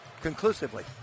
conclusively